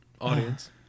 Audience